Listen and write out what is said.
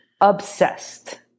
Obsessed